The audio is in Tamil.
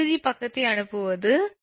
இறுதிப் பக்கத்தை அனுப்புவது 2